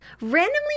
randomly